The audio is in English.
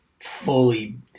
fully